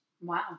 Wow